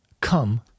come